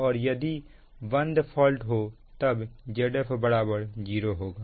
और यदि बंद फॉल्ट हो तब Zf 0 होगा